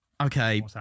Okay